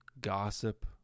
Gossip